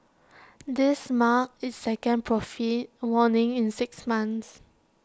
this marked its second profit warning in six months